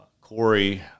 Corey